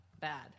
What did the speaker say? bad